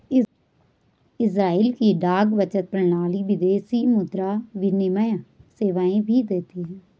Israel की डाक बचत प्रणाली विदेशी मुद्रा विनिमय सेवाएं भी देती है